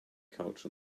couch